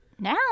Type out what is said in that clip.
now